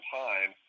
time